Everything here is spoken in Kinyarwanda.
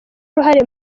uruhare